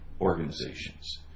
organizations